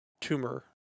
tumor